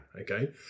okay